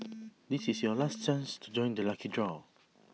this is your last chance to join the lucky draw